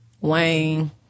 Wayne